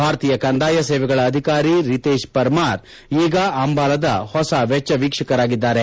ಭಾರತೀಯ ಕಂದಾಯ ಸೇವೆಗಳ ಅಧಿಕಾರಿ ರಿತೇಶ್ ಪರ್ಮಾರ್ ಈಗ ಅಂಬಾಲಾದ ಹೊಸ ವೆಚ್ಚ ವೀಕ್ಷಕರಾಗಿದ್ದಾರೆ